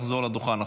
לחזור לדוכן,